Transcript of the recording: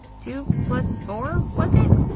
two plus four, was it?